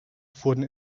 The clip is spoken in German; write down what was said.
wurden